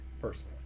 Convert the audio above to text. personally